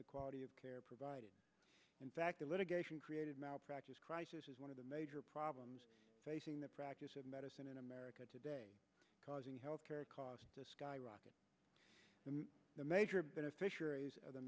the quality of care provided in fact the litigation created malpractise crisis is one of the major problems facing the practice of medicine in america today causing health care costs skyrocket the major beneficiaries of the